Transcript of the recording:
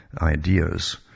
ideas